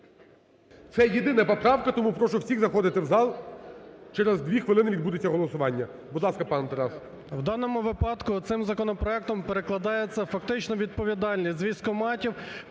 Це єдина поправка, тому прошу всіх заходити в зал, через дві хвилини відбудеться голосування. Будь ласка, пане Тарас. 17:06:13 ПАСТУХ Т.Т. В даному випадку, цим законопроектом перекладається фактично відповідальність з військкоматів